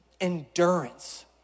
endurance